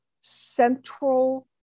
central